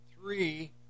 three